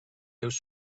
seus